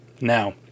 now